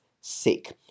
sick